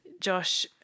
Josh